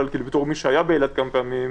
אבל בתור מי שהיה באילת כמה פעמים,